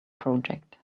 project